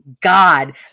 God